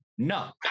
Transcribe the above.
No